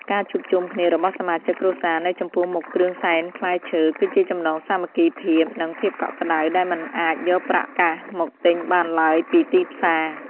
ការជួបជុំគ្នារបស់សមាជិកគ្រួសារនៅចំពោះមុខគ្រឿងសែនផ្លែឈើគឺជាចំណងសាមគ្គីភាព និង ភាពកក់ក្តៅដែលមិនអាចយកប្រាក់កាសមកទិញបានឡើយពីទីផ្សារ។